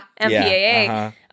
MPAA